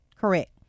Correct